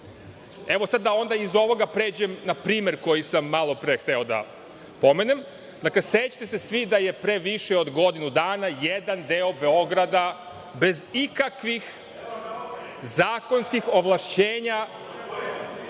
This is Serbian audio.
Evo, sad da iz ovoga pređem na primer koji sam malopre hteo da pomenem.Sećate se svi da je pre više od godinu dana jedan deo Beograda bez ikakvih zakonskih ovlašćenja